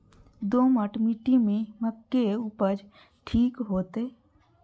दोमट मिट्टी में मक्के उपज ठीक होते?